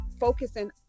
Focusing